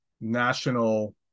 national